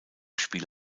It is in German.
spiel